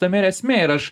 tame ir esmė ir aš